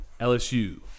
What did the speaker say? LSU